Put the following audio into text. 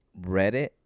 reddit